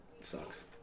sucks